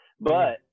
but-